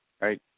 right